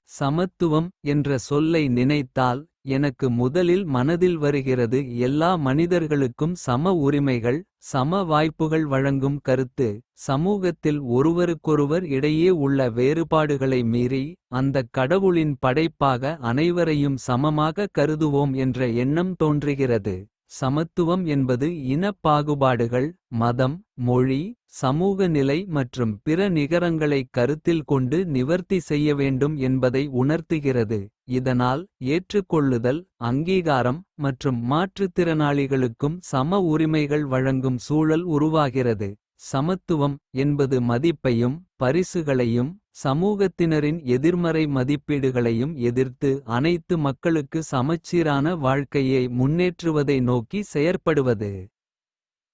சமத்துவம் என்ற சொல்லை நினைத்தால். எனக்கு முதலில் மனதில் வருகிறது எல்லா மனிதர்களுக்கும். சம உரிமைகள் சம வாய்ப்புகள் வழங்கும் கருத்து. சமூகத்தில் ஒருவருக்கொருவர் இடையே உள்ள வேறுபாடுகளை மீறி. அந்தக் கடவுளின் படைப்பாக அனைவரையும் சமமாக. கருதுவோம் என்ற எண்ணம் தோன்றுகிறது சமத்துவம். என்பது இனப் பாகுபாடுகள் மதம் மொழி சமூக நிலை மற்றும். பிற நிகரங்களைக் கருத்தில் கொண்டு நிவர்த்தி செய்யவேண்டும். என்பதை உணர்த்துகிறது இதனால் ஏற்றுக்கொள்ளுதல். அங்கீகாரம் மற்றும் மாற்றுத்திறனாளிகளுக்கும் சம உரிமைகள். வழங்கும் சூழல் உருவாகிறது சமத்துவம் என்பது மதிப்பையும். பரிசுகளையும் சமூகத்தினரின் எதிர்மறை மதிப்பீடுகளையும். எதிர்த்து அனைத்து மக்களுக்கு சமச்சீரான வாழ்க்கையை. முன்னேற்றுவதை நோக்கி செயற்படுவது.